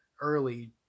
early